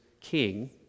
king